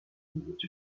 which